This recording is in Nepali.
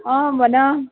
अँ भन